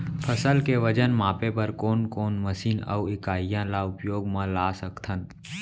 फसल के वजन मापे बर कोन कोन मशीन अऊ इकाइयां ला उपयोग मा ला सकथन?